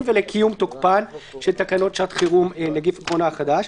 וקיום תוקפן של תקנות שעת חירום (נגיף הקורונה החדש).